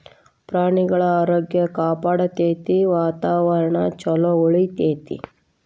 ಪ್ರಾಣಿಗಳ ಆರೋಗ್ಯ ಕಾಪಾಡತತಿ, ವಾತಾವರಣಾ ಚುಲೊ ಉಳಿತೆತಿ